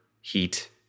heat